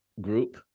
group